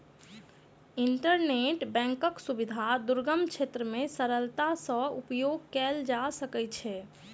internet बैंकक सुविधा दुर्गम क्षेत्र मे सरलता सॅ उपयोग कयल जा सकै छै